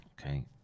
Okay